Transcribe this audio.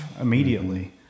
immediately